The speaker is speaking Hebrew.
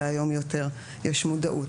והיום יותר יש מודעות.